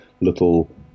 little